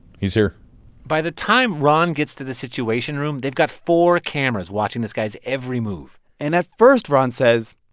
he's here by the time ron gets the the situation room, they've got four cameras watching this guy's every move. and at first, ron says,